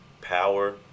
power